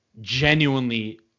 genuinely